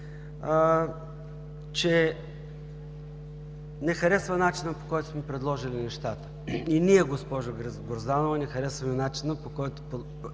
че не харесва начина, по който сме предложили нещата – и ние, госпожо Грозданова, не харесваме начина, по който